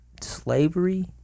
Slavery